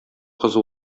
кызы